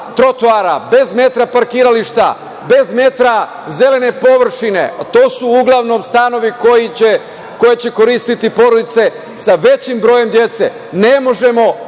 bez metra parkirališta, bez metra zelene površine. To su uglavnom stanovi koje će koristiti porodice sa većim brojem dece. Ne možemo